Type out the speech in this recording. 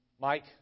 Mike